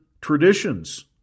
traditions